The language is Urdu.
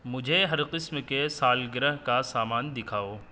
مجھے ہر قسم کے سالگرہ کا سامان دکھاؤ